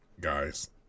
guys